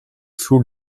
fool